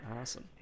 Awesome